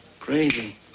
Crazy